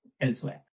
elsewhere